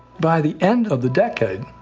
by the end of the decade,